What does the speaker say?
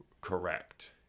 Correct